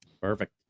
Perfect